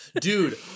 dude